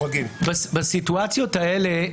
(היו"ר שמחה רוטמן) בסיטואציות האלה,